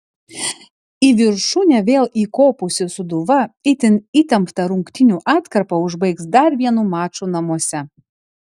į viršūnę vėl įkopusi sūduva itin įtemptą rungtynių atkarpą užbaigs dar vienu maču namuose